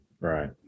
right